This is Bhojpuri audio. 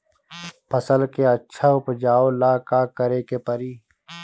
फसल के अच्छा उपजाव ला का करे के परी?